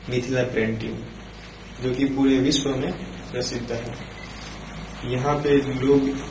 Mithila painting जो कि पूरे विश्व में प्रसिद्ध है यहाँ पर एक लोग